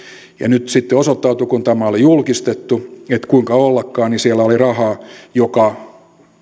ja nyt sitten osoittautui kun tämä oli julkistettu että kuinka ollakaan siellä oli rahaa joka